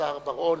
השר לשעבר בר-און,